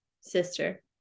sister